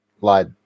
lied